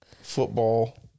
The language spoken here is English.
football